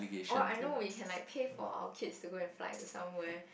oh I know we can like pay for our kids to go and fly to somewhere